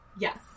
Yes